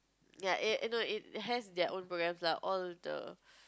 ya eh no it has their own programs lah all the